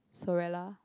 Sollera